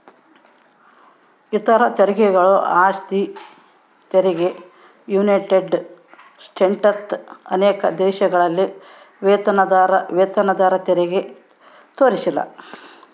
ಇತರ ತೆರಿಗೆಗಳು ಆಸ್ತಿ ತೆರಿಗೆ ಯುನೈಟೆಡ್ ಸ್ಟೇಟ್ಸ್ನಂತ ಅನೇಕ ದೇಶಗಳಲ್ಲಿ ವೇತನದಾರರತೆರಿಗೆ ತೋರಿಸಿಲ್ಲ